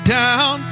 down